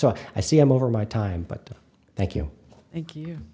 so i see them over my time but thank you thank you